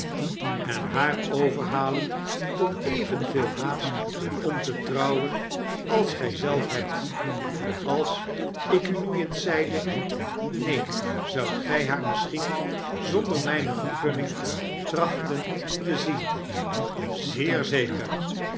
en haar overhalen tot evenveel haast om te trouwen als gij zelf hebt als ik nu eens zeide neen zoudt gg haar misschien zonder mgne vergunning trachten te zien zeer zeker